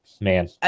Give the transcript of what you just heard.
man